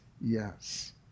yes